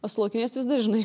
o su laukiniais tu visada žinai